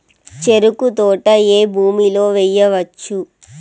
చెరుకు తోట ఏ భూమిలో వేయవచ్చు?